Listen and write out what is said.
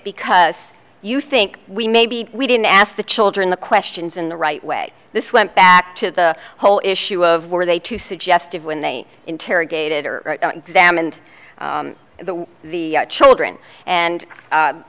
because you think we maybe we didn't ask the children the questions in the right way this went back to the whole issue of were they too suggestive when they interrogated or examined the the children and